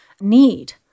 need